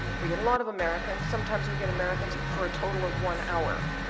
we get a lot of americans. sometimes we get americans for a total of one hour.